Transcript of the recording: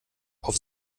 auf